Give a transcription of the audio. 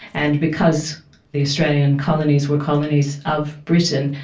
and because the australian colonies were colonies of britain,